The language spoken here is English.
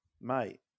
Mate